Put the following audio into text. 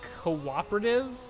cooperative